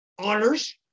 honors